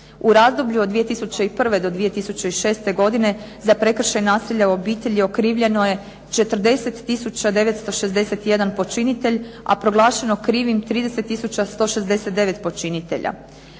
U razdoblju od 2001. do 2006. godine za prekršaj nasilja u obitelji okrivljeno je 40961 počinitelj, a proglašeno krivim 30169 počinitelja.